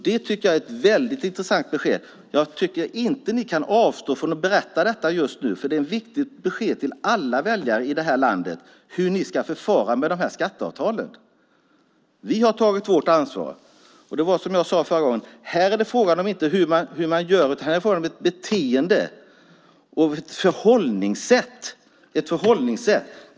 Det vore ett mycket intressant besked att få, och jag tycker inte att ni nu kan avstå från att ge det. Hur ni ska förfara med dessa skatteavtal är ett viktigt besked till alla väljare i landet. Vi har tagit vårt ansvar. Som jag sade förra gången är det inte fråga om hur man gör utan om ett beteende och ett förhållningssätt.